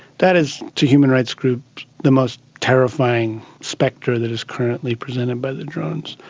that is to human rights groups the most terrifying spectre that is currently presented by the drones.